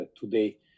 today